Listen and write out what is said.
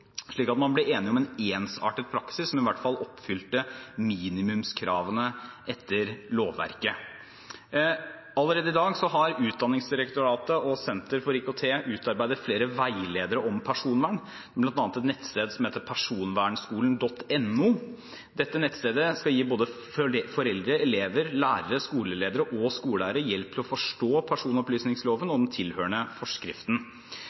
slik at man ble enig om en ensartet praksis som i hvert fall oppfylte minimumskravene etter lovverket. Allerede i dag har Utdanningsdirektoratet og Senter for IKT i utdanningen utarbeidet flere veiledere om personvern, bl.a. et nettsted som heter personvernskolen.no. Dette nettstedet skal gi både foreldre, elever, lærere, skoleledere og skoleeiere hjelp til å forstå personopplysningsloven og den tilhørende forskriften.